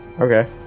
okay